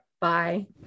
bye